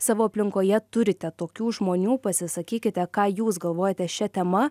savo aplinkoje turite tokių žmonių pasisakykite ką jūs galvojate šia tema